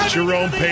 Jerome